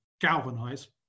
galvanize